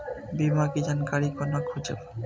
बीमा के जानकारी कोना खोजब?